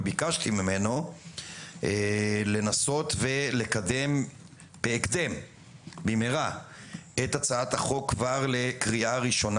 וביקשתי ממנו לנסות ולקדם במהרה את הצעת החוק לקריאה הראשונה.